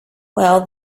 well